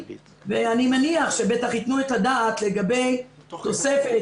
ואני מניח שבטח יתנו את הדעת לגבי תוספת